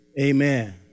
amen